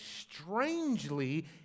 strangely